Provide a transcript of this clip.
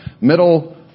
middle